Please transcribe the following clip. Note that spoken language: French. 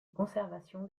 conservation